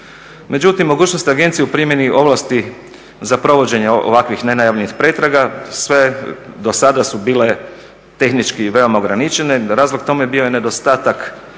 Međutim, mogućnost agencije u primjeni ovlasti za provođenje ovakvih nenajavljenih pretraga sve do sada su bile tehnički veoma ograničene a razlog tome bio je nedostatak